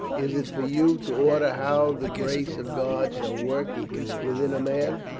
is it for you to order how the grace of god shall work within a man?